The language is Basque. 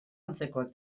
antzekoak